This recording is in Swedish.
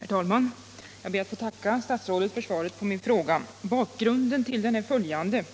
Herr talman! Jag ber att få tacka statsrådet Ullsten för svaret på min fråga. Bakgrunden till den är följande: